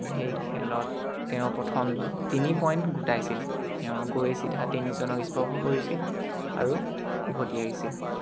সেই খেলত তেওঁ প্ৰথম তিনি পইণ্ট গোটাইছিল তেওঁ গৈ চিধা তিনিজনক স্পৰ্শ কৰিছিল আৰু উভতি আহিছিল